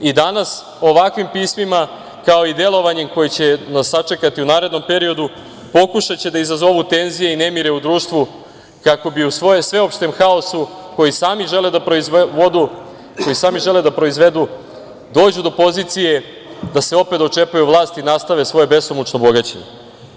i danas ovakvim pismima, kao i delovanjem koje će nas sačekati u narednom periodu pokušaće da izazovu tenzije i nemire u društvu, kako bi u sveopštem haosu koji sami žele da proizvedu došli do pozicije da se opet dočepaju vlasti i nastave svoje besomučno bogaćenje.